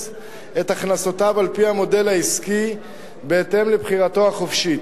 את הכנסותיו על-פי מודל עסקי בהתאם לבחירתו החופשית.